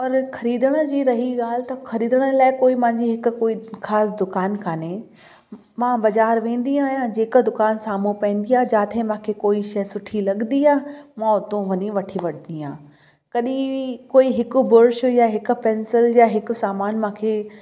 पर ख़रीदण जी रही ॻाल्हि त ख़रीदण लाइ कोई मुंहिंजी हिकु कोई ख़ासि दुकान काने मां बाज़ारि वेंदी आहियां जेको दुकान साम्हूं पवंदी आहे जिथे मूंखे कोई शइ सुठी लॻंदी आहे मां उतां वञी वठी वठंदी आहियां कॾहिं बि कोई हिकु ब्रुश या हिकु पैंसिल या हिकु सामान मूंखे